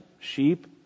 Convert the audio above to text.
sheep